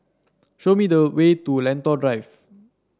show me the way to Lentor Drive